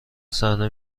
صحنه